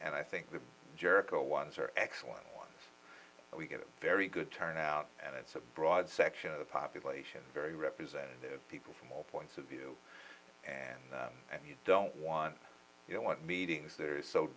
and i think the jericho ones are excellent ones we get a very good turnout and it's a broad section of the population very representative people from all points of view and you don't want you don't want meetings there